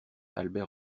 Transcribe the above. albert